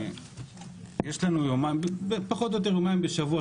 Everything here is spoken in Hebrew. יש פחות או יותר יומיים בשבוע,